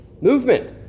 movement